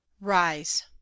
Rise